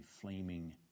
flaming